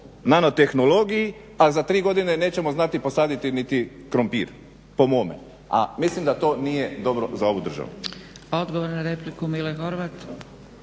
nanotehnologiji, a za tri godine nećemo znati posaditi niti krumpir po mome, a mislim da to nije dobro zaovu državu.